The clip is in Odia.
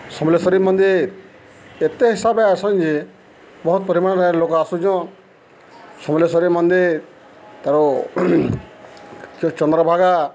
ସମଲେଶ୍ଵରୀ ମନ୍ଦିର୍ ଏତେ ହିସାବେ ଆଏସନ୍ ଯେ ବହୁତ୍ ପରିମାଣ୍ରେ ଲୋକ ଆସୁଚନ୍ ସମଲେଶ୍ଵରୀ ମନ୍ଦିର୍ ତାର ଯଉ ଚନ୍ଦ୍ରଭାଗା